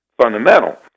fundamental